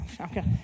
Okay